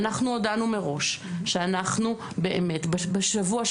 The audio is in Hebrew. אנחנו הודענו מראש שאנחנו באמת בשבוע,